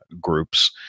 groups